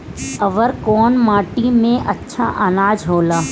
अवर कौन माटी मे अच्छा आनाज होला?